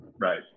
right